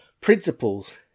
principles